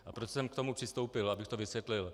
A proč jsem k tomu přistoupil, abych to vysvětlil?